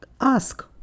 ask